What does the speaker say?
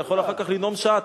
אתה יכול אחר כך לנאום שעה.